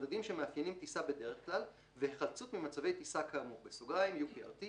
מהמדדים שמאפיינים טיסה בדרך כלל והיחלצות ממצבי טיסה כאמור (UPRT